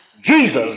Jesus